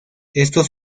estos